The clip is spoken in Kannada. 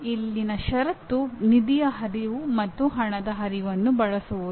ಇಲ್ಲಿನ ಷರತ್ತು ನಿಧಿಯ ಹರಿವು ಮತ್ತು ಹಣದ ಹರಿವನ್ನು ಬಳಸುವುದು